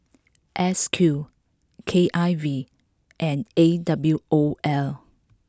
S Q K I V and A W O L